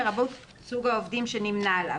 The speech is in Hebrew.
לרבות סוג העובדים שנמנה עליו.